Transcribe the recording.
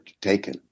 taken